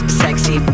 sexy